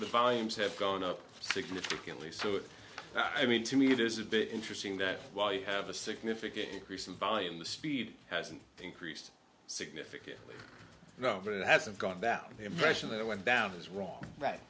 the volumes have gone up significantly so i mean to me it is a bit interesting that while you have a significant increase in volume the speed hasn't increased significantly hasn't gone down the impression that it went down as wrong right